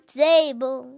table